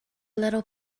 little